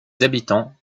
habitants